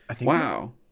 Wow